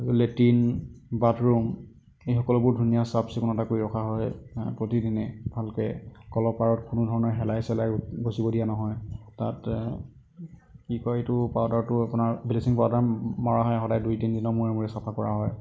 latrine bathroom এই সকলোবোৰ ধুনীয়া চাফ চিকুণতা কৰি ৰখা হয় প্ৰতিদিনে ভালকৈ কলৰ পাৰত কোনো ধৰণৰ শেলাই চেলাই গজিব দিয়া নহয় তাত কি কয় এইটো পাউডাৰটো আপোনাৰ ব্লিচিং পাউডাৰ মৰা হয় সদায় দুই তিনিদিনৰ মূৰে মূৰে চাফা কৰা হয়